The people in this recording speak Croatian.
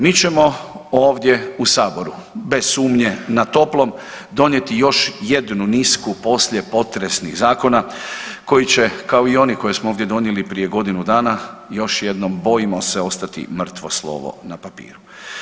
Mi ćemo ovdje u Saboru bez sumnje, na toplom donijeti još jednu nisku poslijepotresnih zakona koji će, kao i oni koje smo ovdje donijeli prije godinu dana još jednom, bojimo se, ostati mrtvo slovo na papiru.